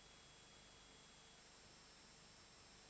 Grazie